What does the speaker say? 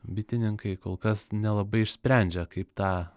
bitininkai kol kas nelabai išsprendžia kaip tą